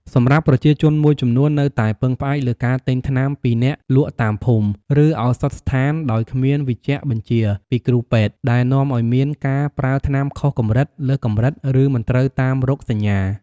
សម្រាប់ប្រជាជនមួយចំនួននៅតែពឹងផ្អែកលើការទិញថ្នាំពីអ្នកលក់តាមភូមិ ឬឱសថស្ថានដោយគ្មានវេជ្ជបញ្ជាពីគ្រូពេទ្យ ដែលនាំឱ្យមានការប្រើថ្នាំខុសកម្រិត លើសកម្រិត ឬមិនត្រូវតាមរោគសញ្ញា។